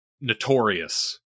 notorious